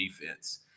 defense